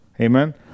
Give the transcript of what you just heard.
Amen